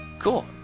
Cool